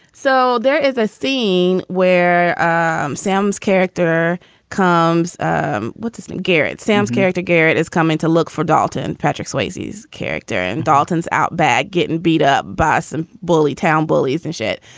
so there is a scene where um sam's character comes um what does garrett sam's character, garret, is coming to look for? dalton, patrick swayze's character in dalton's outback, getting beat up, boss and bully town bullies and shit.